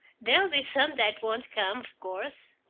there'll be some that won't come, of course,